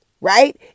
Right